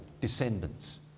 descendants